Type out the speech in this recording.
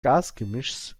gasgemischs